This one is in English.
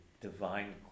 divine